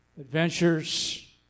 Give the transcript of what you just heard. adventures